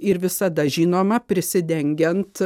ir visada žinoma prisidengiant